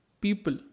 people